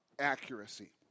accuracy